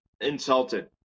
insulted